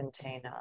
container